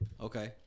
Okay